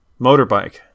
motorbike